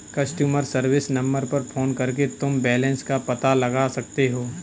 customer service number पर phone करके तुम बैलन्स का पता लगा सकते हो